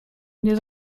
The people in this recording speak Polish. nie